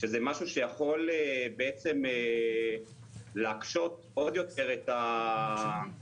שזה משהו שיכול להקשות עוד יותר את השינוי.